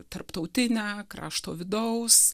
tarptautinę krašto vidaus